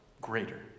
greater